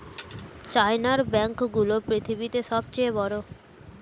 চায়নার ব্যাঙ্ক গুলো পৃথিবীতে সব চেয়ে বড়